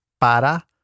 para